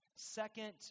Second